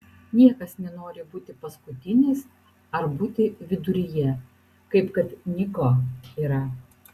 niekas nenori būti paskutinis ar būti viduryje kaip kad niko yra